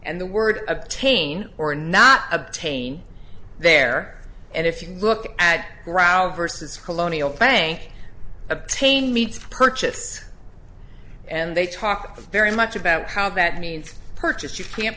and the word obtain or not obtain there and if you look at rau versus colonial bank obtain meets purchase and they talk very much about how that means perch you ca